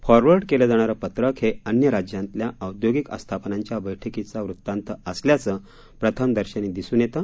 forward केलं जाणारं पत्रक हे अन्य राज्यातल्या औद्योगिक आस्थापनांच्या बैठकीचा वृतांत असल्याचं प्रथमदर्शनी दिसून येते